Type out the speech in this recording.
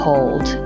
Hold